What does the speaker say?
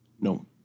No